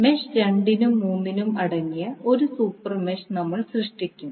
mesh 2 ഉം 3 ഉം അടങ്ങിയ ഒരു സൂപ്പർ മെഷ് നമ്മൾ സൃഷ്ടിക്കും